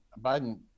Biden